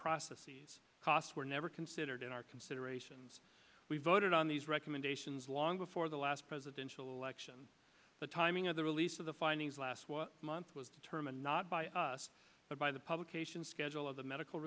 process these costs were never considered in our considerations we voted on these recommendations long before the last presidential election the timing of the release of the findings last month was determined not by us but by the publication schedule of the medical